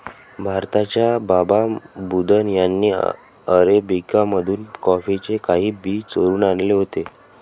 भारताच्या बाबा बुदन यांनी अरेबिका मधून कॉफीचे काही बी चोरून आणले होते